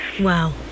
wow